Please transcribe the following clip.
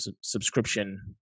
subscription